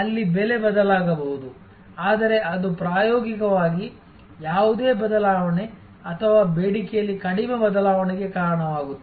ಅಲ್ಲಿ ಬೆಲೆ ಬದಲಾಗಬಹುದು ಆದರೆ ಅದು ಪ್ರಾಯೋಗಿಕವಾಗಿ ಯಾವುದೇ ಬದಲಾವಣೆ ಅಥವಾ ಬೇಡಿಕೆಯಲ್ಲಿ ಕಡಿಮೆ ಬದಲಾವಣೆಗೆ ಕಾರಣವಾಗುತ್ತದೆ